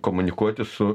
komunikuoti su